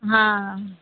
हँ